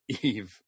Eve